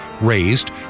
raised